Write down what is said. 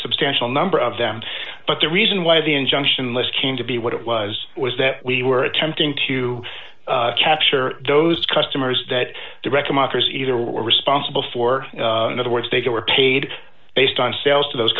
substantial number of them but the reason why the injunction list came to be what it was was that we were attempting to capture those customers that directly mockers either were responsible for in other words they were paid based on sales to those